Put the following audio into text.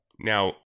Now